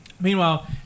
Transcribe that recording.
meanwhile